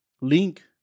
link